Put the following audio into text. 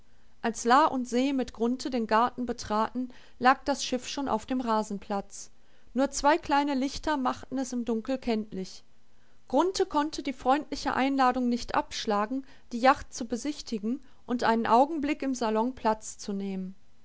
als la und se mit grunthe den garten betraten lag das schiff schon auf dem rasenplatz nur zwei kleine lichter machten es im dunkel kenntlich grunthe konnte die freundliche einladung nicht abschlagen die yacht zu besichtigen und einen augenblick im salon platz zu nehmen